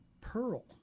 Pearl